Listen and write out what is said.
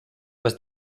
was